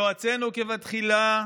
"ויועצינו כבתחלה"